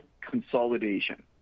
consolidation